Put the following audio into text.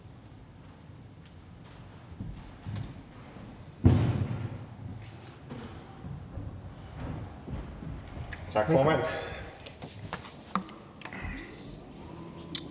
Tak for det.